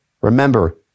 Remember